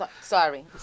Sorry